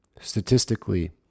statistically